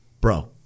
bro